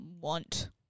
want